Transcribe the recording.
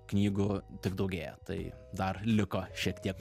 knygų tik daugėja tai dar liko šiek tiek